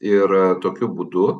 ir tokiu būdu